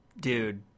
dude